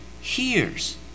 hears